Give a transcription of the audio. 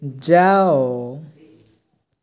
ଯାଅ